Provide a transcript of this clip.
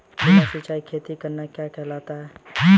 बिना सिंचाई खेती करना क्या कहलाता है?